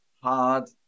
hard